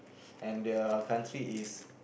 and the country is